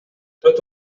tot